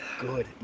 good